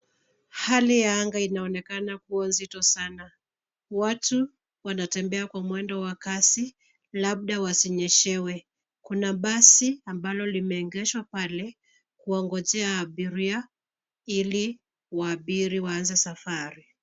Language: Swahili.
Hali ya anga inaonekana kuwa nzito sana. Watu, wanatembea kwa mwendo wa kasi, labda wasinyeshewe. Kuna basi, ambalo limeegeshwa pale, kuwangojea abiria, ili waabiri waanze safari.